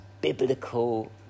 biblical